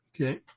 Okay